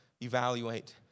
evaluate